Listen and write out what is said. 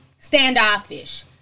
standoffish